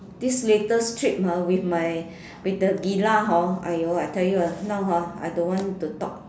this latest trip ah with my with the villa hor !aiyo! I tell you ah now ah I don't want to talk